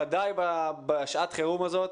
ודאי בשעת חירום זאת.